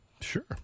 Sure